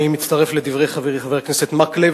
אני מצטרף לדברי חברי חבר הכנסת מקלב.